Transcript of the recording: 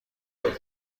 خرید